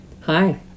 Hi